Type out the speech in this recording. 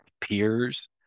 peers